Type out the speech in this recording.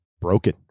broken